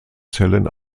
zellen